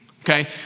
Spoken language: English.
okay